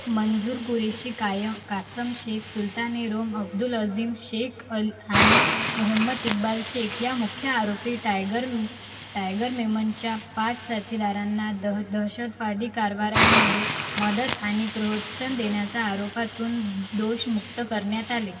मंजूर कुरेशी कायम कासम शेख सुलतान ए रोम अब्दुल अझीम शेख अल आणि मोहम्मद इक्बाल शेख या मुख्य आरोपी टायगर टायगर मेमनच्या पाच साथीदारांना दह दहशतवादी कारवायांमध्ये मदत आणि प्रोत्साहन देण्याच्या आरोपातून दोषमुक्त करण्यात आले